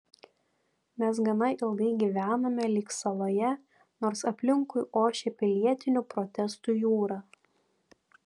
mes gana ilgai gyvenome lyg saloje nors aplinkui ošė pilietinių protestų jūra